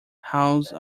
house